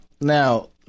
Now